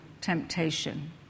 temptation